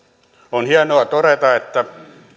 on hienoa todeta että